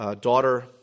daughter